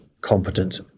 competent